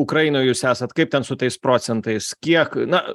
ukrainoj jūs esat kaip ten su tais procentais kiek na